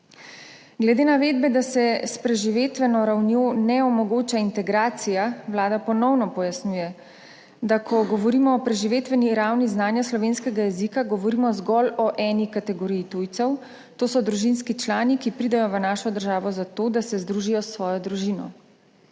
Glede navedbe, da se s preživetveno ravnjo ne omogoča integracija, Vlada ponovno pojasnjuje, da ko govorimo o preživetveni ravni znanja slovenskega jezika, govorimo zgolj o eni kategoriji tujcev. To so družinski člani, ki pridejo v našo državo zato, da se združijo s svojo družino.